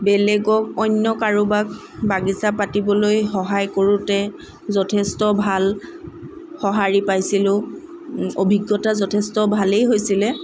বেলেগক অন্য কাৰোবাক বাগিচা পাতিবলৈ সহায় কৰোঁতে যথেষ্ট ভাল সঁহাৰি পাইছিলোঁ অভিজ্ঞতা যথেষ্ট ভালেই হৈছিলে